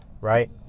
Right